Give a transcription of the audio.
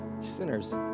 sinners